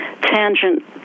tangent